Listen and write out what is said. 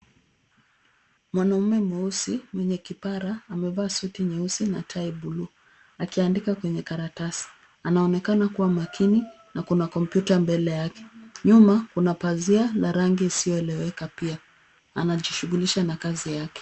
Mwanaume mweusi mwenye kipara amevaa suti nyeusi na tai bluu akiandika kwenye karatasi, anaonekana kuwa makini na kuna kompyuta mbele yake. Nyuma kuna pazia na rangi isiyoeleweka pia. Anajishughulisha na kazi yake.